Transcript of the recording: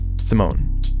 Simone